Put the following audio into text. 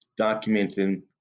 documenting